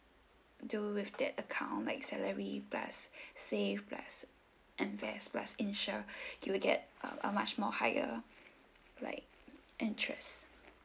do with that account like salary plus save plus invest plus insure you'll get a much more higher like interest